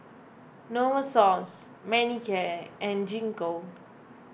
Novosource Manicare and Gingko